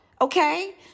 Okay